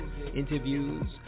interviews